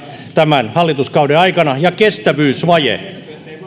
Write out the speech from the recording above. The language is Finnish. tämän hallituskauden aikana ja kestävyysvaje